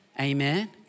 Amen